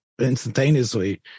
instantaneously